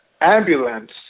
ambulance